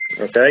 okay